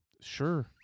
Sure